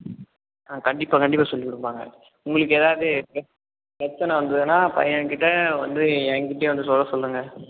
ஆ கண்டிப்பாக கண்டிப்பாக சொல்லி கொடுப்பாங்க உங்களுக்கு எதாவது பிரச்சனை வந்துதுதுன்னா பையன் கிட்ட வந்து என் கிட்டையே வந்து சொல்ல சொல்லுங்கள்